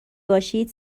باشید